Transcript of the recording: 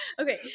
Okay